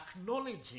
acknowledging